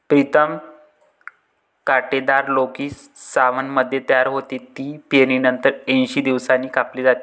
प्रीतम कांटेदार लौकी सावनमध्ये तयार होते, ती पेरणीनंतर ऐंशी दिवसांनी कापली जाते